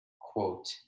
quote